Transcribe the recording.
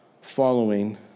following